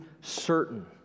certain